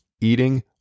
eating